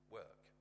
work